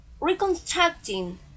reconstructing